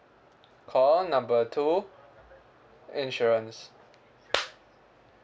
call number two insurance